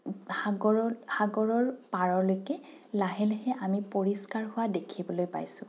সাগৰত সাগৰৰ পাৰলৈকে লাহে লাহে আমি পৰিষ্কাৰ হোৱা দেখিবলৈ পাইছোঁ